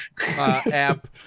app